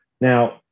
Now